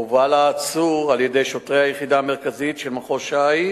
הובל העצור על-ידי שוטרי היחידה הארצית של מחוז ש"י